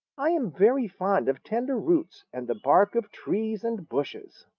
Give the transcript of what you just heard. i am very fond of tender roots and the bark of trees and bushes.